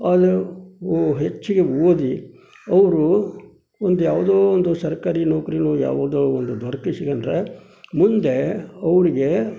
ಆದರೂ ಹೆಚ್ಚಿಗೆ ಓದಿ ಅವರು ಒಂದು ಯಾವುದೋ ಒಂದು ಸರ್ಕಾರಿ ನೌಕರೀನೋ ಯಾವುದೋ ಒಂದು ದೊರಕಿಸ್ಕೊಂಡ್ರೆ ಮುಂದೆ ಅವರಿಗೆ